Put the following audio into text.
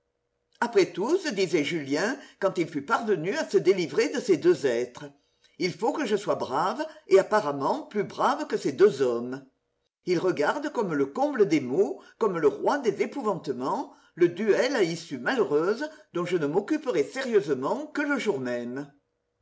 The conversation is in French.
après tout se disait julien quand il fut parvenu à se délivrer de ces deux êtres il faut que je sois brave et apparemment plus brave que ces deux hommes ils regardent comme le comble des maux comme le roi des épouvantements ce duel à issue malheureuse dont je ne m'occuperai sérieusement que le jour même